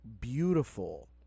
beautiful